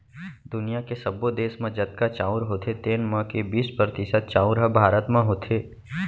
दुनियॉ के सब्बो देस म जतका चाँउर होथे तेन म के बीस परतिसत चाउर ह भारत म होथे